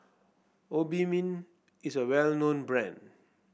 Obimin is a well known brand